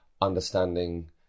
understanding